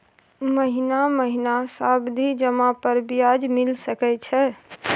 महीना महीना सावधि जमा पर ब्याज मिल सके छै?